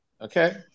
Okay